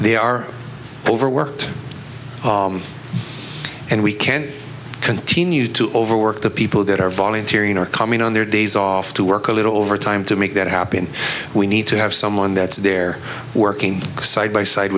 they are overworked and we can't continue to overwork the people that are volunteering or coming on their days off to work a little overtime to make that happen we need to have someone that's there working side by side